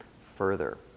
further